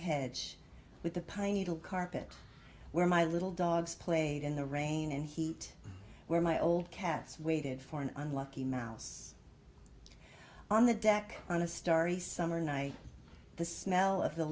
heads with the pine needle carpet where my little dogs played in the rain and heat where my old cats waited for an unlucky mouse on the deck on a starry summer night the smell of the